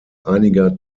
einiger